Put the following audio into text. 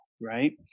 right